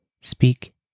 speak